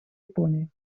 японии